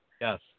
Yes